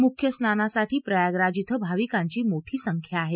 मुख्य स्नानासाठी प्रयागराज क्रं भाविकांची मोठी संख्या आहे